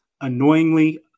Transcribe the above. annoyingly